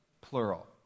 plural